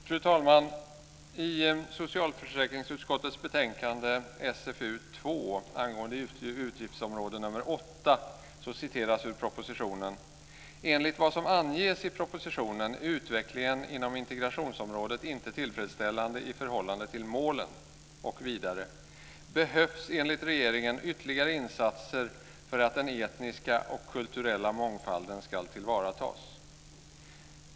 Fru talman! I socialförsäkringsutskottets betänkande SfU2 angående utgiftsområde 8 står det: "Enligt vad som anges i propositionen är utvecklingen inom integrationsområdet inte tillfredsställande i förhållande till målen. - behövs enligt regeringen ytterligare insatser för att den etniska och kulturella mångfalden - skall tillvaratas."